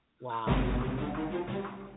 Wow